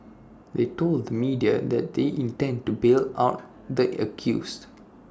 they told media that they intend to bail out the accused